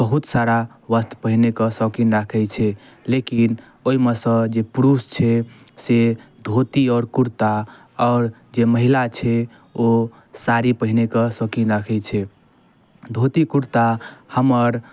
बहुत सारा वस्त्र पहिरैके शौकीन राखै छै लेकिन ओहिमेसँ जे पुरुष छै से धोती आओर कुरता आओर जे महिला छै ओ साड़ी पहिरैके शौकीन राखै छै धोती कुरता हमर